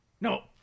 no